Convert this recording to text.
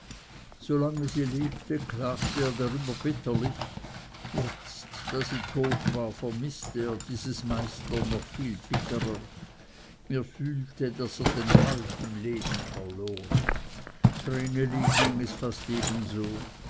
solange sie lebte klagte er dar über bitterlich jetzt da sie tot war vermißte er dieses meistern noch viel bitterer er fühlte daß er den halt im leben verloren vreneli ging es fast ebenso